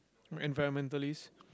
environmentalist